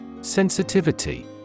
Sensitivity